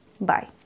Bye